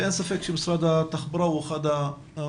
ואין ספק שמשרד התחבורה הוא אחד המשרדים